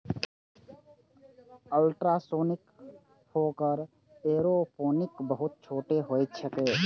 ultrasonic fogger aeroponic बहुत छोट होइत छैक